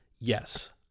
yes